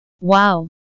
wow